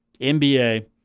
NBA